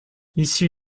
issu